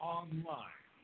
online